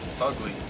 ugly